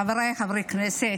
חבריי חברי הכנסת,